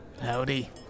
Howdy